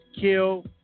kill